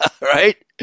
right